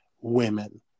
women